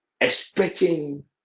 expecting